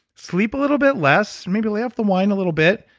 sleep a little bit less, maybe lay off the wine a little bit,